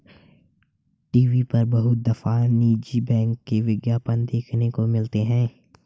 TV पर बहुत दफा निजी बैंक के विज्ञापन देखने को मिलते हैं